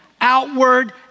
outward